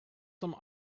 some